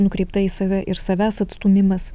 nukreipta į save ir savęs atstūmimas